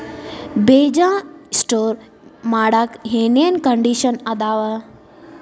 ಬೇಜ ಸ್ಟೋರ್ ಮಾಡಾಕ್ ಏನೇನ್ ಕಂಡಿಷನ್ ಅದಾವ?